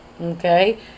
okay